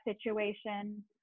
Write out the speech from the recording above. situation